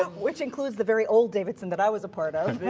um which includes the very old davidson that i was a part of.